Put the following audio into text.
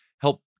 help